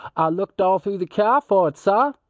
ah looked all through the kyar for it, sah,